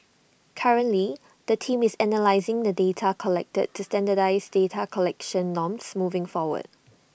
currently the team is analysing the data collected to standardise data collection norms moving forward